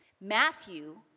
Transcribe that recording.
Matthew